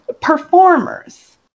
performers